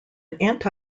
anti